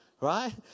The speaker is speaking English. Right